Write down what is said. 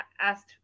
asked